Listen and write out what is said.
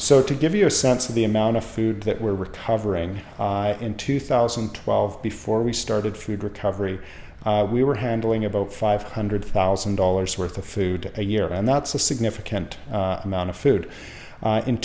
so to give you a sense of the amount of food that we're recovering in two thousand and twelve before we started food recovery we were handling about five hundred thousand dollars worth of food a year and that's a significant amount of food